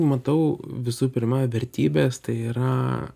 matau visų pirma vertybės tai yra